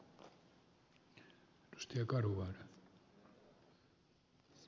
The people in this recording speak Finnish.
arvoisa puhemies